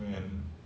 明年